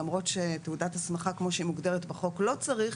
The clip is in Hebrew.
למרות שתעודת הסמכה כמו שהיא מוגדרת בחוק לא צריך,